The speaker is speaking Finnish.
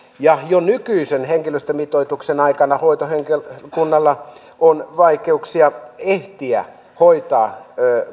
ja jo nykyisen henkilöstömitoituksen aikana hoitohenkilökunnalla on vaikeuksia ehtiä hoitaa